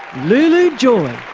lulu joy,